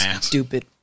stupid